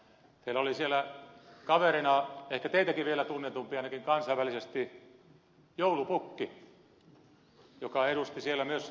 teillä oli siellä kaverina ehkä teitäkin vielä tunnetumpi ainakin kansainvälisesti joulupukki joka edusti siellä myös meidän lappiamme